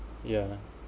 yeah